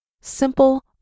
simple